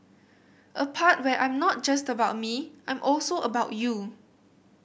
a part where I'm not just about me I'm also about you